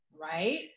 right